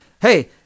hey